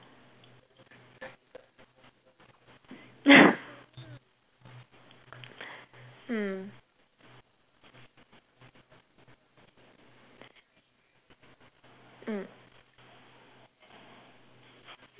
mm mm